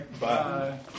bye